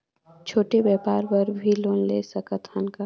छोटे व्यापार बर भी लोन ले सकत हन का?